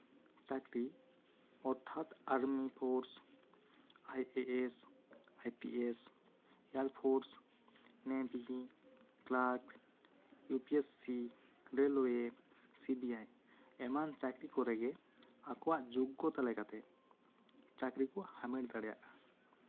ᱪᱟᱠᱨᱤ ᱚᱨᱛᱷᱟᱛ army force IAS IPS air force navy clerk UPSC railway CBI ᱮᱢᱟᱱ ᱪᱟᱠᱨᱤ ᱠᱚᱨᱮ ᱜᱮ ᱟᱠᱚᱣᱟᱜ ᱡᱳᱜᱽᱜᱚᱛᱟ ᱞᱮᱠᱟᱛᱮ ᱪᱟᱠᱨᱤ ᱠᱚ ᱦᱟᱢᱮᱴ ᱫᱟᱲᱮᱭᱟᱜᱼᱟ